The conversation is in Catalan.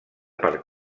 per